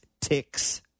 ticks